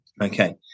Okay